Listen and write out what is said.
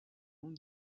own